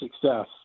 success